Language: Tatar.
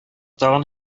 тагын